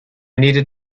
needed